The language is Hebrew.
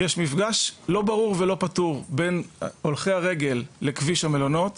יש מפגש לא ברור ולא פטור בין הולכי הרגל לכביש המלונות.